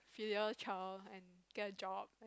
filial child and get a job